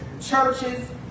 churches